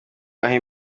ahe